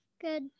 Good